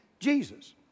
Jesus